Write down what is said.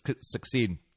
succeed